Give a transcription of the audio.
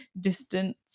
distance